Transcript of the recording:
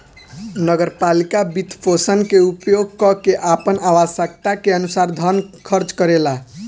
नगर पालिका वित्तपोषण के उपयोग क के आपन आवश्यकता के अनुसार धन खर्च करेला